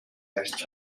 яарч